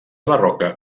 barroca